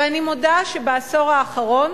ואני מודה שבעשור האחרון